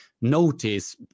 notice